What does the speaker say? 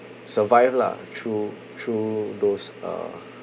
survive lah through through those uh